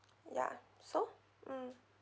ya so mm